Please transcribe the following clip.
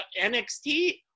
NXT